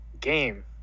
game